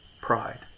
Pride